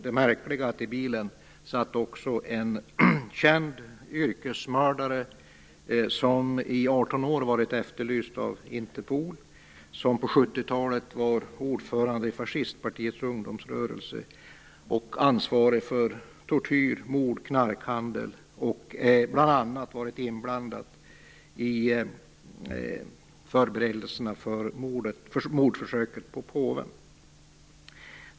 Det märkliga var att i bilen också satt en känd yrkesmördare som i 18 år varit efterlyst av Interpol. På 70-talet var han ordförande i fascistpartiets ungdomsrörelse, och ansvarig för tortyr, mord och knarkhandel. Han har bl.a. varit inblandad i förberedelserna för mordförsöket på påven.